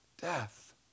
death